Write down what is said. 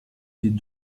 des